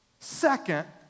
Second